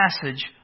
passage